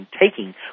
taking